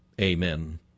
Amen